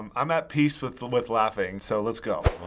um i'm at peace with with laughing, so let's go.